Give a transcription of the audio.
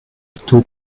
two